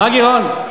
מה גירעון?